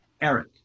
Eric